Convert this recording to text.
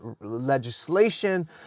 legislation